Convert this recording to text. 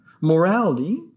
Morality